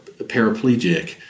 paraplegic